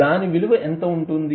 దాని విలువ ఎంత ఉంటుంది